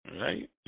Right